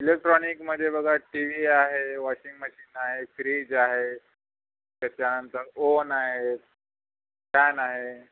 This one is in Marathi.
इलेक्ट्रॉनिकमध्ये बघा टी वी आहे वॉशिंग मशीन आहे फ्रीज आहे त्याच्यानंतर ओवन आहे फॅन आहे